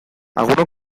alguno